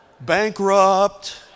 bankrupt